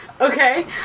Okay